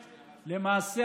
למעשה,